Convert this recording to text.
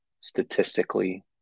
statistically